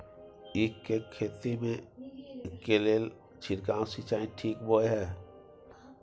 ईख के खेती के लेल छिरकाव सिंचाई ठीक बोय ह?